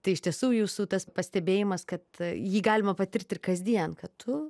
tai iš tiesų jūsų tas pastebėjimas kad jį galima patirt ir kasdien kad tu